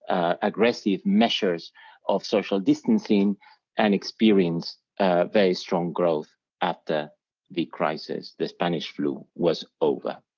aggressive measures of social distancing and experienced very strong growth after the crisis, the spanish flu was over.